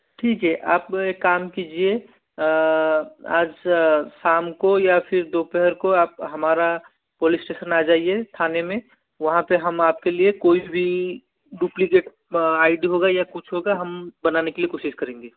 ठीक है आप एक काम कीजिए आज शाम को या फिर दोपहर को आप हमारा पुलिस स्टेशन आ जाइए थाने में वहाँ पे हम आपके लिए कोई भी डुप्लीकेट आई डी होगा या कुछ होगा हम बनाने के लिए कोशिश करेंगे